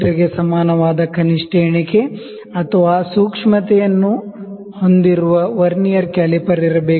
ಗೆ ಸಮಾನವಾದ least count ಅಥವಾ ಸೂಕ್ಷ್ಮತೆಯನ್ನು ಹೊಂದಿರುವ ವರ್ನಿಯರ್ ಕ್ಯಾಲಿಪರ್ ಇರಬೇಕು